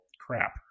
crap